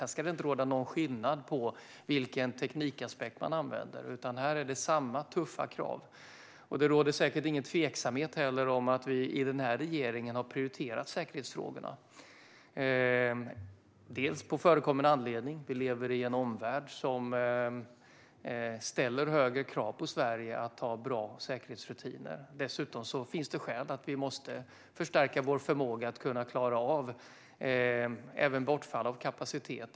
Här ska det inte råda någon skillnad i fråga om vilken teknik man använder, utan det är samma tuffa krav. Det råder säkert inte heller någon tveksamhet om att vi i regeringen har prioriterat säkerhetsfrågorna, bland annat på förekommen anledning. Vi lever i en omvärld som ställer högre krav på att Sverige har bra säkerhetsrutiner. Dessutom finns det skäl att förstärka vår förmåga att klara av även bortfall av kapacitet.